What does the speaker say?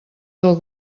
del